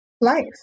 life